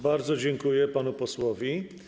Bardzo dziękuję panu posłowi.